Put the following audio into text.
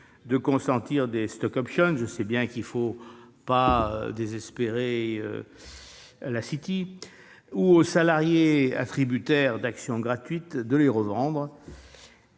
de consentir des stock-options- je sais bien qu'il ne faut pas désespérer la City -ou aux salariés attributaires d'actions gratuites de les revendre,